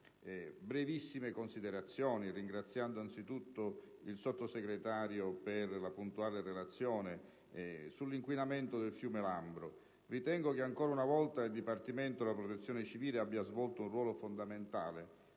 Brevissime considerazioni, ringraziando anzitutto il Sottosegretario per la puntuale relazione, sull'inquinamento del fiume Lambro. Ritengo che ancora una volta il Dipartimento della protezione civile abbia svolto un ruolo fondamentale